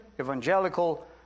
evangelical